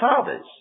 fathers